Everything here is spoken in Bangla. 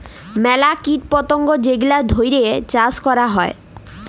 ম্যালা কীট পতঙ্গ যেগলা ধ্যইরে চাষ ক্যরা হ্যয়